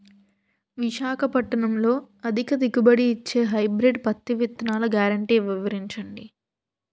విశాఖపట్నంలో అధిక దిగుబడి ఇచ్చే హైబ్రిడ్ పత్తి విత్తనాలు గ్యారంటీ వివరించండి?